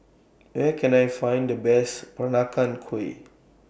Where Can I Find The Best Peranakan Kueh